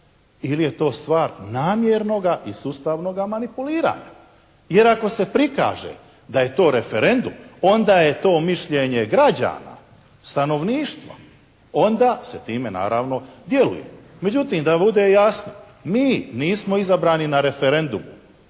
ili je to stvar namjernoga i sustavnoga manipuliranja? Jer ako se prikaže da je to referendum, onda je to mišljenje građana, stanovništva. Onda se time naravno djeluje. Međutim, da vam bude jasno. Mi nismo izabrani na referendumu